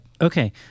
okay